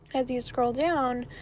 as you scroll down,